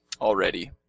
already